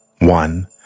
one